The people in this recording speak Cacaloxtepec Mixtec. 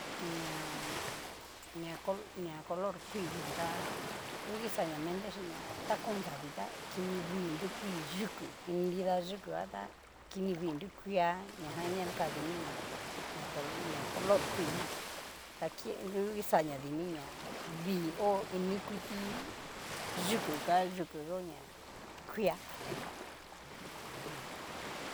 Ña color kuii jan tá ngu kixaña mentexhí ña takon davii tá kini vii, kuii yuku nida yuku ka tá, kini vii nru kuia ña jan u'ña naka diniña ña color ña color kuijan, ta ki ngu ixaña dini ña vi hó, ini kuti yuku ka yuku yó ña kuia.